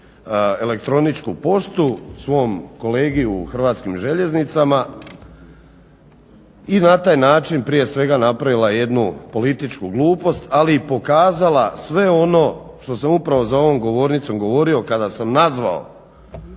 elektroničku poštu svom kolegi u Hrvatskim željeznicama i na taj način prije svega napravila jednu političku glupost, ali i pokazala sve ono što sam upravo za ovom govornicom govorio kada sam nazvao